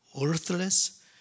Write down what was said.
worthless